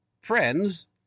friends